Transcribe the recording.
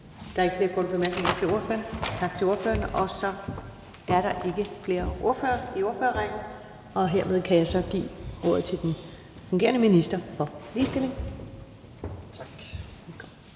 Der er ikke flere korte bemærkninger. Tak til ordføreren. Så er der ikke flere ordførere i ordførerrækken, og hermed kan jeg så give ordet til den fungerende minister for ligestilling. Kl.